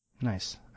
Nice